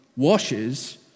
washes